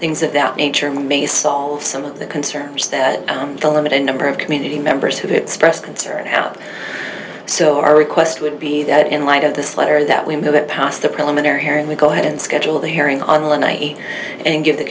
things of that nature may solve some of the concerns that the limited number of community members who expressed concern out so our request would be that in light of this letter that we know that passed the preliminary hearing we go ahead and schedule the hearing on the night and give the